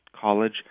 college